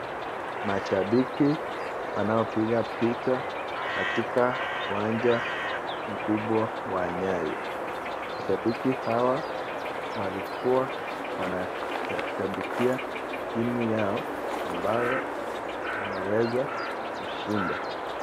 Mashabiki wanaopiga picha katika uwanja kubwa wa nyayo, washabiki hawa walikuwa wanashabikia timu yao, ambayo imeweza kushinda.